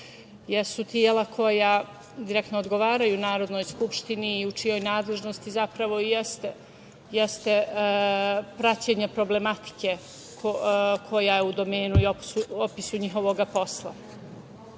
jesu tela koja direktno odgovaraju Narodnoj skupštini i u čijoj nadležnosti zapravo i jeste praćenje problematike koja je u domenu i opisu njihovog posla. Ono